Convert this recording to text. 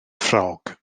ffrog